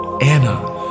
Anna